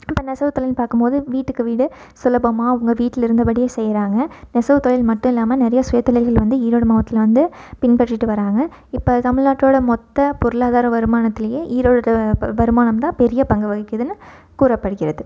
இப்போ நெசவுத்தொழில்னு பார்க்கும்போது வீட்டுக்கு வீடு சுலபமாக அவங்கள் வீட்டில் இருந்தபடியே செய்கிறாங்க நெசவுத்தொழில் மட்டும் இல்லாமல் நிறையா சுயதொழில்கள் வந்து ஈரோடு மாவட்டத்தில் வந்து பின்பற்றிட்டு வராங்க இப்போ தமிழ்நாட்டோட மொத்த பொருளாதார வருமானத்துலேயே ஈரோடு வருமானம் தான் பெரிய பங்கு வகிக்குதுன்னு கூறப்படுகிறது